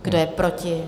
Kdo je proti?